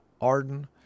Arden